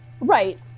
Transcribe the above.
Right